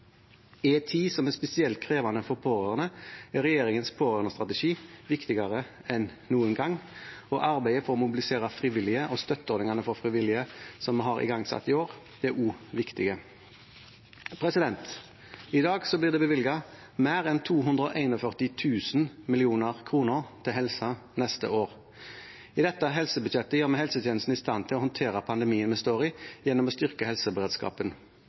I en tid som er spesielt krevende for pårørende, er regjeringens pårørendestrategi viktigere enn noen gang. Arbeidet for å mobilisere frivillige og støtteordningene for frivillige som vi har igangsatt i år, er også viktige. I dag blir det bevilget mer enn 241 000 mill. kr til helse neste år. I dette helsebudsjettet gjør vi helsetjenesten i stand til å håndtere pandemien vi står i, gjennom å styrke helseberedskapen.